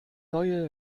neue